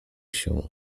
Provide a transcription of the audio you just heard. się